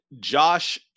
Josh